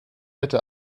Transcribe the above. wette